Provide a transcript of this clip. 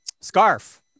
scarf